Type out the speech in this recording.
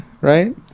right